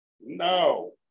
no